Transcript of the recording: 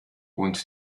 und